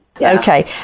Okay